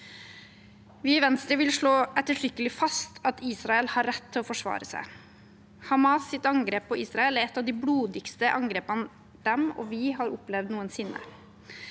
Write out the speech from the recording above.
Vi i Venstre vil slå ettertrykkelig fast at Israel har rett til å forsvare seg. Hamas’ angrep på Israel er et av de blodigste angrepene de og vi har opplevd noensinne.